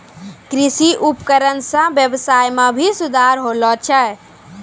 कृषि उपकरण सें ब्यबसाय में भी सुधार होलो छै